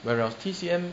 whereas T_C_M